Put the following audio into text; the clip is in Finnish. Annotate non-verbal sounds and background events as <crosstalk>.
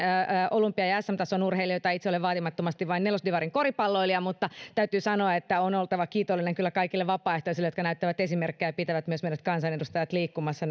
olympia ja sm tason urheilijoita ja itse olen vaatimattomasti vain nelosdivarin koripalloilija mutta täytyy sanoa että on kyllä oltava kiitollinen kaikille vapaaehtoisille jotka näyttävät esimerkkiä ja pitävät myös meidät kansanedustajat liikkumassa <unintelligible>